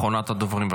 אחרונת הדוברים.